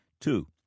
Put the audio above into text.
Two